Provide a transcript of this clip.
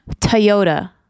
Toyota